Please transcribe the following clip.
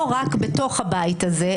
לא רק בתוך הבית הזה,